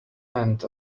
and